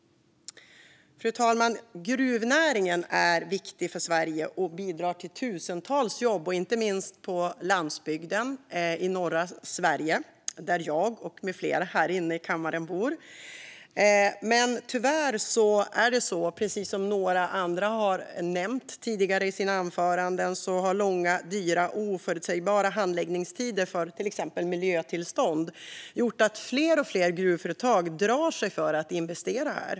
Fru talman! Gruvnäringen är viktig för Sverige och bidrar till tusentals jobb inte minst på landsbygden i norra Sverige, där jag och flera här inne i kammaren bor. Men tyvärr, precis som några har nämnt i sina anföranden, har långa, dyra och oförutsägbara handläggningstider för till exempel miljötillstånd gjort att allt fler gruvföretag drar sig för att investera här.